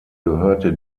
gehörte